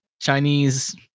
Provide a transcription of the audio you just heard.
Chinese